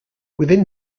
within